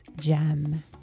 Gem